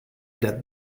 that